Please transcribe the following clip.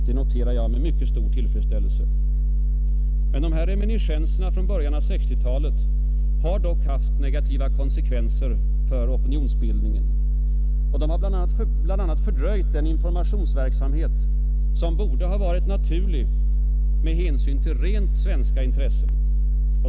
Det noterar jag med mycket stor tillfredsställelse. Reminiscenserna från början av 1960-talet har dock haft negativa konsekvenser för opinionsbildningen. De har bl.a. fördröjt den informationsverksamhet som borde ha varit naturlig med hänsyn till rent svenska intressen.